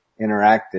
interacted